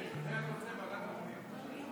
אני רוצה בוועדת הפנים.